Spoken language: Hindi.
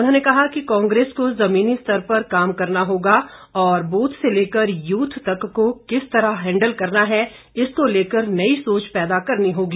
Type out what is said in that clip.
उन्होंने कहा कि कांग्रेस को जमीनी स्तर पर काम करना होगा और बूथ से लेकर यूथ तक को किस तरह हैंडल करना है इसको लेकर नई सोच पैदा करनी होगी